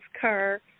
car